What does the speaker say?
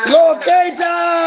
locator